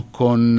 con